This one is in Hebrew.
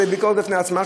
זה ביקורת בפני עצמה.